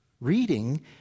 Reading